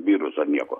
viruso nieko